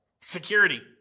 Security